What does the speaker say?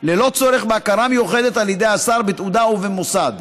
ללא צורך בהכרה מיוחדת על ידי השר בתעודה או במוסד.